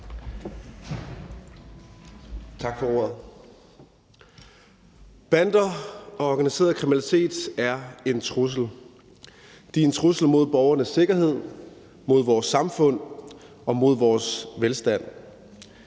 Bander og organiseret kriminalitet er en trussel. De er en trussel mod borgernes sikkerhed, mod vores samfund og mod vores velstand.